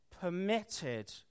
permitted